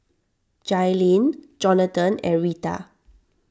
Jailene Jonathan and Reta